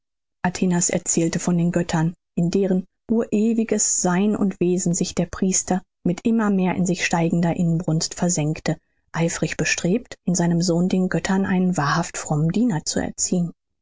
erzählte von den göttern in deren urewiges sein und wesen sich der priester mit immer mehr sich steigernder inbrunst versenkte eifrig bestrebt in seinem sohn den göttern einen wahrhaft frommen diener zu erziehen